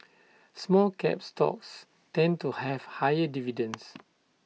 small cap stocks tend to have higher dividends